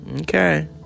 okay